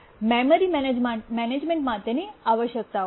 memory management માટેની આવશ્યકતાઓ છે